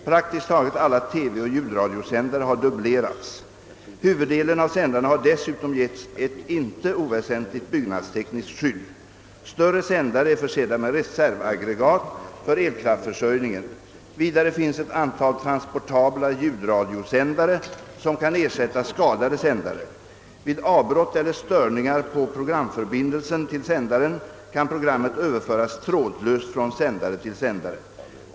Praktiskt taget alla TV och ljudradiosändare har dubblerats. Huvuddelen av sändarna har dessutom getts ett inte oväsentligt byggnadstekniskt skydd. Större sändare är försedda med reservaggregat för elkraftförsörjningen. Vidare finns ett antal transportabla ljudradiosändare som kan ersätta skadade sändare. Vid avbrott eller störningar på programförbindelsen till sändaren kan programmet överföras trådlöst från sändare till sändare.